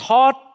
Taught